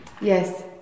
Yes